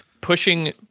Pushing